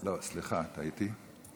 לא, סליחה, טעיתי.